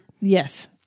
Yes